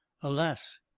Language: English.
alas